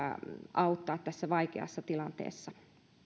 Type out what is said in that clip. auttaa tässä vaikeassa tilanteessa